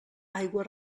aigua